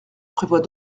prévoit